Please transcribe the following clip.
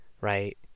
right